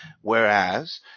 whereas